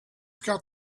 got